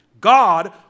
God